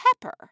Pepper